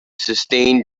sustain